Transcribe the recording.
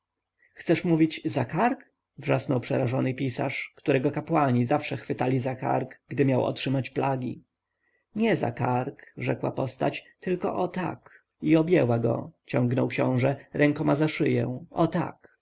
chcesz mówić za kark wrzasnął przerażony pisarz którego kapłani zawsze chwytali za kark gdy miał otrzymać plagi nie za kark rzekła postać tylko o tak i objęła go ciągnął książę rękoma za szyję o tak